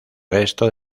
resto